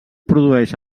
produeix